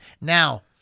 Now